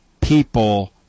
people